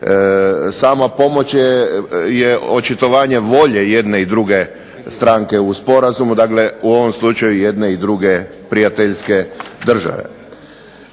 sama pomoć je očitovanje volje jedne i druge stranke u sporazumu, dakle u ovom slučaju jedne i druge prijateljske države.